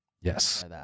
Yes